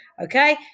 Okay